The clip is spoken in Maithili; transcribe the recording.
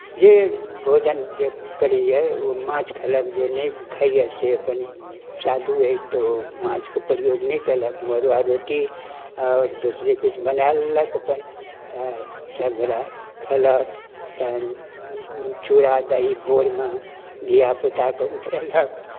जे भोजन जे करैए ओ माँछ खयलक जे नहि खाइए से अपन साधु अछि तऽ ओ माँछके प्रयोग नहि कयलक मड़ुआ रोटी आओर दोसरे किछु बनाए लेलक अपन हँ सभगोटे खेलक तखन चूड़ा दही भोरमे धियापुताकेँ उठेलक